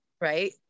right